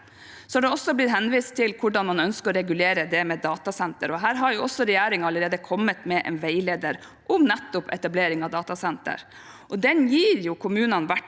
Det er også blitt henvist til hvordan man ønsker å regulere dette med datasentre. Her har regjeringen allerede kommet med en veileder om nettopp etablering av datasentre, og den gir kommunene verktøy